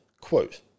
quote